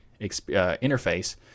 interface